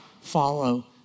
follow